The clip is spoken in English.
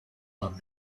long